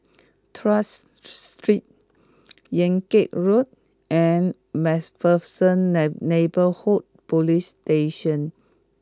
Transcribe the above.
Tuas Street Yan Kit Road and MacPherson nine Neighbourhood Police Station